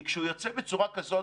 כי כשהוא יוצא בצורה כזאת,